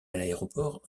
l’aéroport